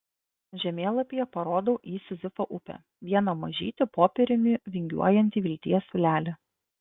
žemėlapyje parodau į sizifo upę vieną mažytį popieriumi vingiuojantį vilties siūlelį